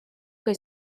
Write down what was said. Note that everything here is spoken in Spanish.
que